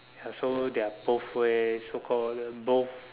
ya so there are both way so called both